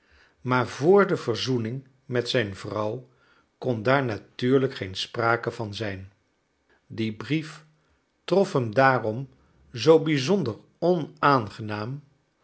maar vr de verzoening met zijn vrouw kon daar natuurlijk geen sprake van zijn die brief trof hem daarom zoo bizonder onaangenaam